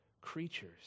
creatures